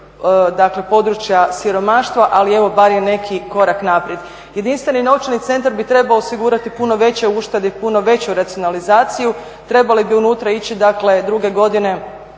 dakle područja siromaštva. Ali evo bar je neki korak naprijed. Jedinstveni novčani centar bi trebao osigurati puno veće uštede i puno veću racionalizaciju. Trebale bi unutra ići, dakle druge godine